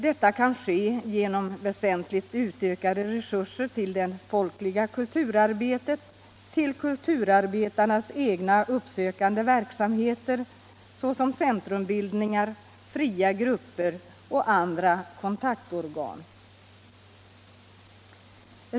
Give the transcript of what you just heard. Detta kan ske genom väsentligt utökade resurser till det folkliga kulturarbetet, till kulturarbetarnas egna uppsökande verksamheter, såsom centrumbildningar, fria grupper och andra kontaktorgan.